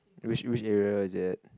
which which area is it at